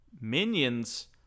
minions